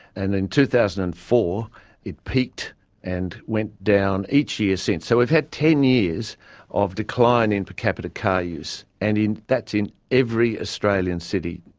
and in two thousand and four it peaked and went down each year since. so we've had ten years of decline in per capita car use, and that's in every australian city,